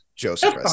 joseph